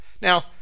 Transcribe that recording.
Now